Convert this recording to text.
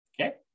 okay